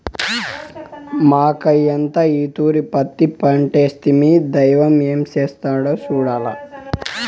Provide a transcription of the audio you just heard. మాకయ్యంతా ఈ తూరి పత్తి పంటేస్తిమి, దైవం ఏం చేస్తాడో సూడాల్ల